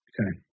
Okay